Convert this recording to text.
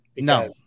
No